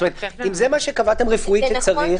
אם זה מה שקבעתם רפואית שצריך --- זה נכון